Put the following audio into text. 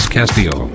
Castillo